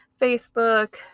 facebook